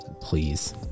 please